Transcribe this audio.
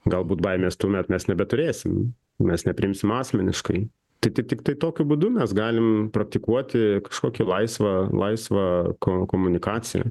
galbūt baimės tuomet mes nebeturėsim mes nepriimsim asmeniškai tai tik tiktai tokiu būdu mes galim praktikuoti kažkokį laisvą laisvą ko komunikaciją